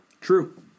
True